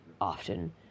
often